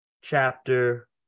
chapter